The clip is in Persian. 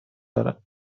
دارد